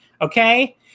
Okay